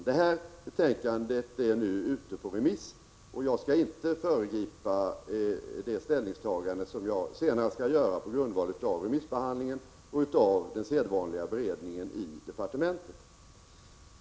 Detta betänkande är nu ute på remiss, och jag skall inte föregripa det ställningstagande som jag senare skall göra på grundval av remissbehandlingen och den sedvanliga beredningen i departementet.